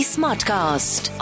Smartcast